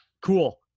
cool